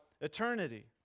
eternity